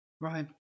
Right